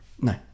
no